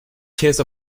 chance